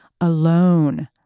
Alone